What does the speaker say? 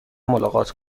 ملاقات